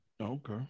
Okay